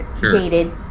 dated